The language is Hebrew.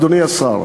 אדוני השר,